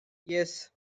yes